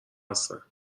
هستن